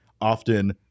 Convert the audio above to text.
often